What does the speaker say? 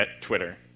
Twitter